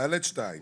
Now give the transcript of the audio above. (ד)(2).